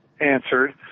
answered